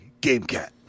GameCat